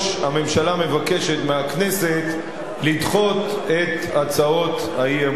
הממשלה מבקשת מהכנסת לדחות את הצעות האי-אמון.